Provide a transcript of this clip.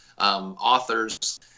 authors